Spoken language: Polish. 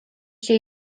się